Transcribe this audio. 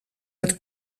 met